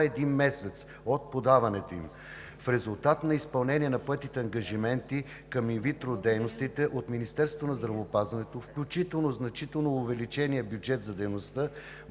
един месец от подаването им. В резултат на изпълнение на поетите ангажименти към инвитро дейностите от Министерството на здравеопазването, включително на значително увеличения бюджет за дейността,